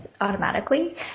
automatically